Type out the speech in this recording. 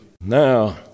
Now